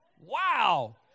wow